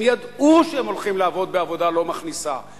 הם ידעו שהם הולכים לעבוד בעבודה לא מכניסה,